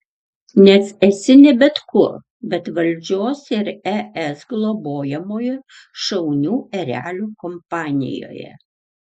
nes esi ne bet kur bet valdžios ir es globojamoje šaunių erelių kompanijoje